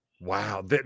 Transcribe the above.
Wow